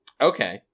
Okay